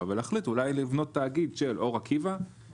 ולהחליט אולי לבנות תאגיד של אור עקיבא,